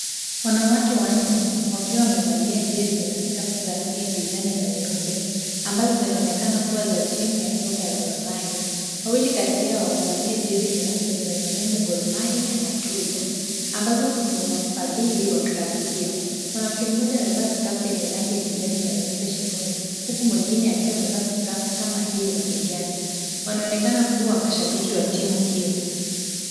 Wanawake wanne, wakiwa wamevalia jezi na skafu za rangi ya kijani na nyeupe, ambazo zinaonekana kuwa za timu ya soka ya Gor Mahia. Wawili kati yao wamevalia jezi nyeupe zenye nembo Gor Mahia na Tuzo, ambazo ni ovafadhili wa klabu hiyo. Mwanamke mmoja amevaa skafu ya rangi ya kijani na nyeupe shingoni, huku mwingine akiwa amevaa skafu kama hiyo mabegani. Wanaonekana kuwa mashabiki wa timu hiyo.